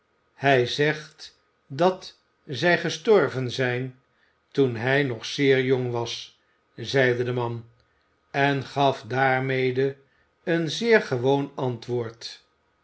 hij zegt dat zij gestorven zijn toen hij nog zeer jong was zeide de man en gaf daarmede een zeer gewoon antwoord